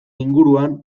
inguruan